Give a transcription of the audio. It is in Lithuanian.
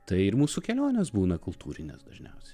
tai ir mūsų kelionės būna kultūrinės dažniausiai